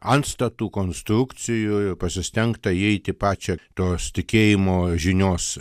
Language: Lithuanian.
antstatų konstrukcijų ir pasistengta įeiti į pačią tos tikėjimo žinios